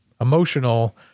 emotional